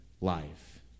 life